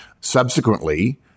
Subsequently